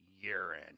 urine